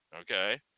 okay